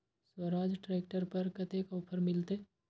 Swaraj tractor पर कतेक offer मिलते?